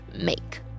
make